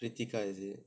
pritika is it